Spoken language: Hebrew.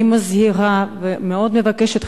אני מזהירה ומאוד מבקשת,